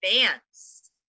advance